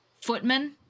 footman